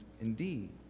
indeed